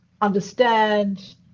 understand